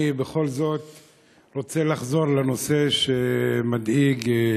אנחנו עוברים לשאלתו של חבר הכנסת עיסאווי פריג'.